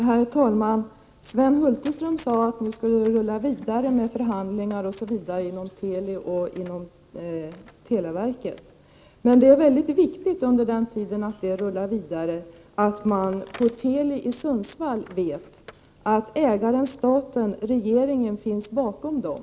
Herr talman! Sven Hulterström sade att det nu skall rulla vidare med förhandlingar osv. inom Teli och inom televerket, men det är under den tiden mycket viktigt att de anställda på Teli i Sundsvall vet att ägaren, statenregeringen, står bakom dem.